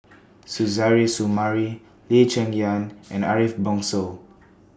Suzairhe Sumari Lee Cheng Yan and Ariff Bongso